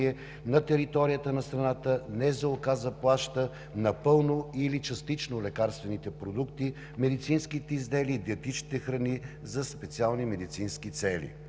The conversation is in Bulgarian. на територията на страната НЗОК заплаща напълно или частично лекарствените продукти, медицинските изделия и диетичните храни за специални медицински цели.